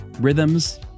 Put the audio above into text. rhythms